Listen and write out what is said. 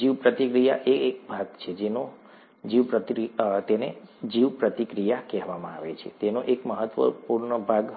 જીવપ્રતિક્રિયા એ એક ભાગ છે જેને જીવપ્રક્રિયા કહેવામાં આવે છે તેનો એક મહત્વપૂર્ણ ભાગ છે